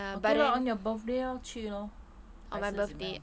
okay lah on your birthday lor 去 lor 还是怎么样